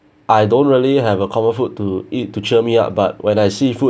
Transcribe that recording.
I don't really have a comfort food to eat to cheer me up but when I see food